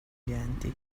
clienti